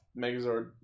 Megazord